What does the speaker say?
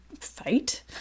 fight